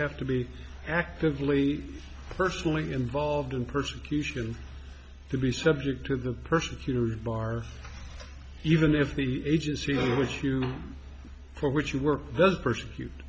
have to be actively personally involved in persecution to be subject to the persecuted bar even if the agency which you for which you were those persecute